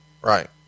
Right